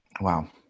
Wow